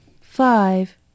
Five